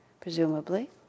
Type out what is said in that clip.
presumably